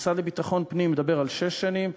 המשרד לביטחון פנים מדבר על שש שנים.